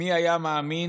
מי היה מאמין